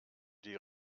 die